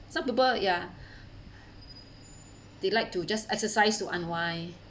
some people ya they like to just exercise to unwind